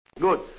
Good